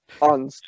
on